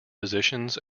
positions